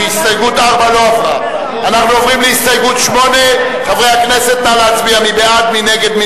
ההסתייגות של קבוצת סיעת מרצ לסעיף 36,